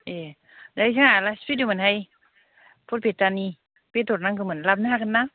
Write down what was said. ए' नै जोंहा आलासि फैदोंमोनहाय बरपेटानि बेदर नांगौमोन लाबोनो हागोन ना